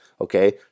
okay